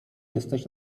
jesteś